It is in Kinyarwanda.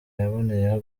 yaboneyeho